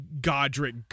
Godric